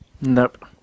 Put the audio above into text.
Nope